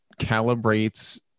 calibrates